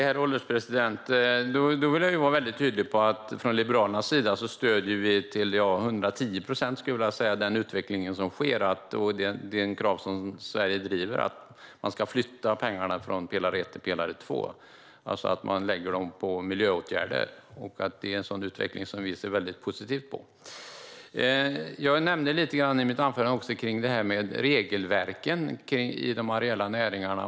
Herr ålderspresident! Jag vill vara tydlig med att vi från Liberalernas sida till 110 procent stöder den utveckling som sker och det som Sverige driver: att man ska flytta pengarna från pelare 1 till pelare 2, alltså att man lägger dem på miljöåtgärder. Detta är en utveckling som vi ser väldigt positivt på. I mitt anförande nämnde jag lite om regelverken i de areella näringarna.